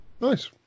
Nice